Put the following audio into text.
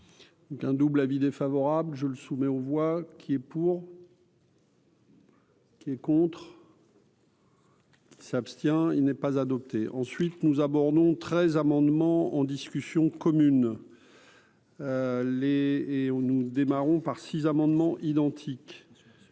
D'un double avis défavorable, je le soumets aux voix qui est pour. Qui est contre. S'abstient, il n'est pas adopté ensuite nous abordons 13 amendements en discussion commune. Les. Nous démarrons par 6 amendements identiques